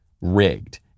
rigged